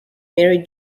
married